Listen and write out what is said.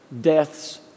Death's